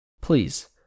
Please